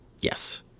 Yes